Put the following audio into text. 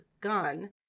gun